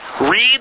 Read